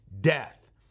death